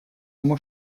ему